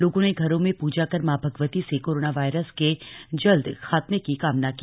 लोगों ने घरों में पूजा कर मां भगवती से कोरोना वायरस के जल्द खात्मे की कामना की